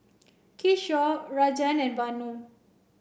Kishore Rajan and Vanu